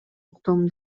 уктум